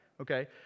okay